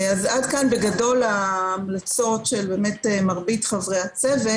עד כאן בגדול ההמלצות של מרבית חברי הצוות.